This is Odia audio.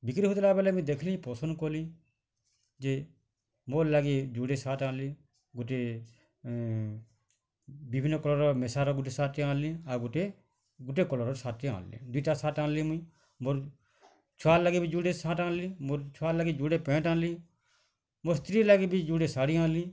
ବିକ୍ରି ହଉଥିଲା ବୋଲେ ମୁଁ ଦେଖିଲି ପସନ୍ଦ କଲି ଯେ ମୋର୍ ଲାଗି ଦୁଇଟା ସାର୍ଟ ଆଣିଲି ଗୋଟିଏ ବିଭିନ୍ନ କଲର୍ର ମିଶାର୍ ଗୋଟେ ସାର୍ଟଟିଏ ଆଣିଲି ଆଉ ଗୋଟିଏ ଗୋଟିଏ କଲର୍ର ସାର୍ଟଟିଏ ଆଣିଲି ଦୁଇଟା ସାର୍ଟ ଆଣିଲି ମୁଇ ମୋର୍ ଛୁଆର୍ ଲାଗି ବି ଜୁଡ଼େ ସାର୍ଟ ମୋର୍ ଛୁଆ ଲାଗି ଜୁଡ଼େ ପ୍ୟାଣ୍ଟ ଆଣିଲି ମୋ ସ୍ତ୍ରୀ ଲାଗି ଜୁଡ଼େ ଶାଢ଼ୀ ଆଣିଲି